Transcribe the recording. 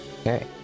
Okay